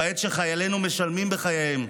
בעת שחיילינו משלמים בחייהם,